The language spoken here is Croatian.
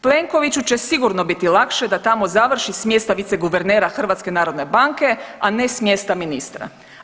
Plenkoviću će sigurno biti lakše da tamo završi s mjesta viceguvernera HNV-a, a ne s mjesta ministra.